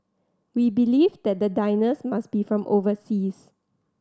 we believed that the diners must be from overseas